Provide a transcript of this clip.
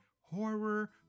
horror